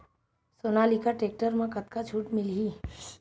Sonalika tractor म कतका छूट मिलही?